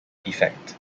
effect